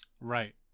Right